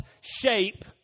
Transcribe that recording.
shape